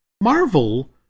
Marvel